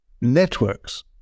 networks